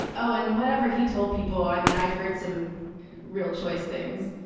oh, and whatever he told people i mean, i've heard some real choice things.